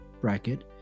bracket